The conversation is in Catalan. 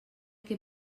que